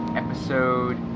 episode